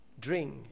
drink